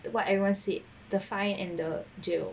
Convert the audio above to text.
what everyone said the fine and the jail